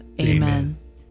Amen